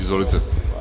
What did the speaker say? Izvolite.